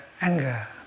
anger